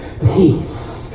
Peace